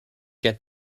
get